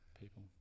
people